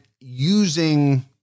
using